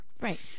Right